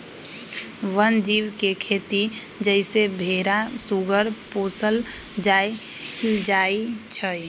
वन जीव के खेती जइसे भेरा सूगर पोशल जायल जाइ छइ